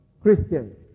Christians